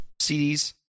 CDs